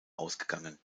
ausgegangen